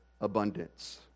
abundance